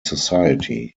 society